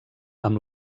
amb